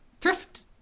thrift